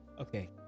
okay